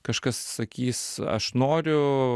kažkas sakys aš noriu